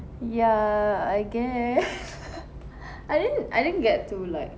ya I guess I didn't I didn't get to like